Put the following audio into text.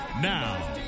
Now